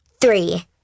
three